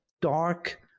dark